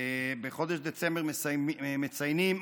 ובחודש דצמבר מציינים